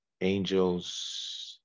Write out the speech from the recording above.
angels